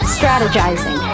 strategizing